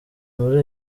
muri